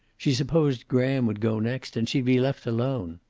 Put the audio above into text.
she supposed graham would go next, and she'd be left alone.